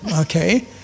okay